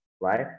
right